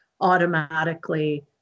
automatically